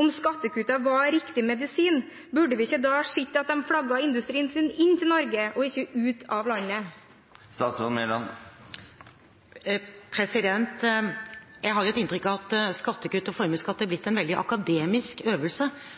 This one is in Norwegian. Om skattekutt var riktig medisin, burde vi ikke da ha sett at de beholdt industrien sin i Norge, og ikke flagget den ut av landet? Jeg har et inntrykk av at skattekutt og formuesskatt er blitt en veldig akademisk øvelse